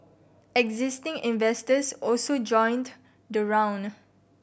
existing investors also joined the round